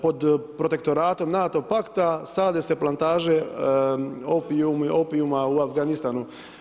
Pod protektoratom NATO pakta sade se plantaže opijuma u Afganistanu.